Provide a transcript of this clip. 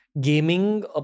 gaming